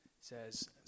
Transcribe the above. says